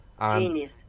Genius